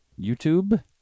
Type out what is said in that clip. YouTube